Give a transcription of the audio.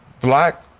black